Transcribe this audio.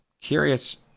curious